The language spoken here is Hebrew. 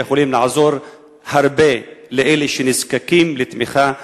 שיכולים לעזור הרבה לאלה שנזקקים לתמיכה?